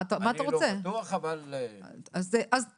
אבל מכיוון שיוקר המחיה כמובן עולה,